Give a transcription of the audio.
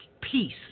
peace